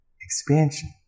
expansion